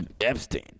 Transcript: Epstein